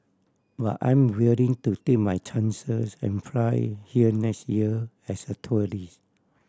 but I'm willing to take my chances and fly here next year as a tourist